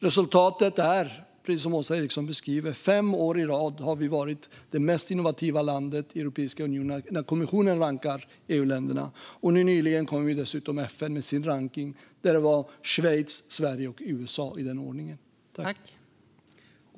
Resultatet är, precis som Åsa Eriksson beskriver, att vi fem år i rad har varit det mest innovativa landet i Europeiska unionen när kommissionen har rankat EU-länderna, och nyligen kom dessutom FN med sin rankning där Schweiz, Sverige och USA, i den ordningen, var mest innovativa.